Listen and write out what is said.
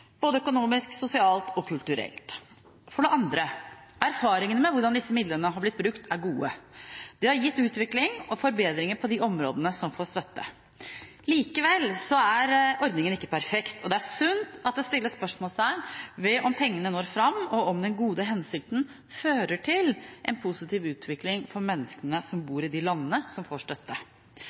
både økonomisk, sosialt og kulturelt. For det andre: Erfaringene med hvordan disse midlene har blitt brukt, er gode. Det har gitt utvikling og forbedringer på de områdene som får støtte. Likevel er ikke ordningen perfekt, og det er sunt at det stilles spørsmål ved om pengene når fram, og om den gode hensikten fører til en positiv utvikling for menneskene som bor i de landene som får støtte.